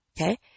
Okay